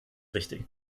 richtig